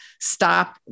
stop